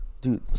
Dude